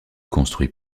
construit